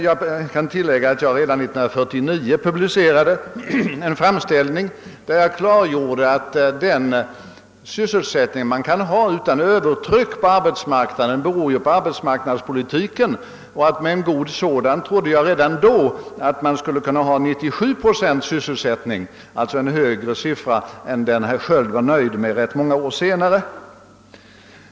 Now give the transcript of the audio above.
Jag kan tillägga att jag redan 1949 publicerade en framställning, där jag klargjorde, att den sysselsättning man kan ha utan övertryck på arbetsmarknaden beror på arbetsmarknadspolitiken. Jag angav redan då att man med en god sådan politik skulle kunna ha 97 procents sysselsättning, alltså en högre siffra än den herr Sköld var nöjd med åtskilliga år senare.